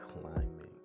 climbing